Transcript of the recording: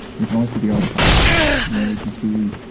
we can only see the artifact. you know we can see,